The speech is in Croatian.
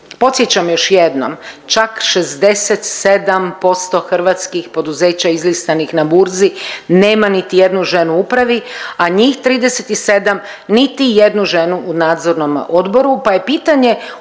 Podsjećam još jednom čak 67% hrvatskih poduzeća izlistanih na burzi nema niti jednu ženu u upravi, a njih 37 niti jednu ženu u nadzornom odboru, pa je pitanje